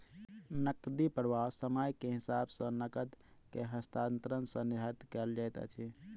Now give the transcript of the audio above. नकदी प्रवाह समय के हिसाब सॅ नकद के स्थानांतरण सॅ निर्धारित कयल जाइत अछि